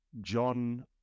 John